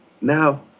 Now